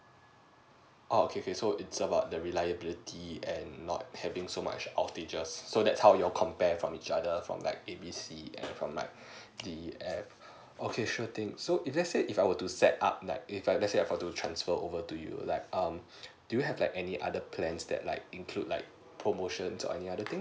oo okay okay so it's about the reliability and not having so much of outrageous so that's how you compare from each other from like A B C and from like D_E_F okay sure thing so if let's say if I want to set up like let's say if I want to transfer over to you like um do you have like any other plans that like include like promotion or any other things